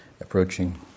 approaching